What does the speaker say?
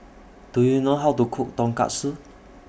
Do YOU know How to Cook Tonkatsu